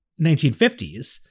1950s